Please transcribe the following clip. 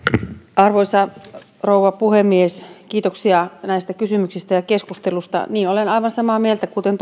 arvoisa rouva puhemies kiitoksia näistä kysymyksistä ja keskustelusta olen aivan samaa mieltä kuten